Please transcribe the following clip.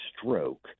stroke